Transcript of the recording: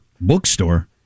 bookstore